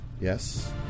Yes